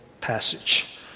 passage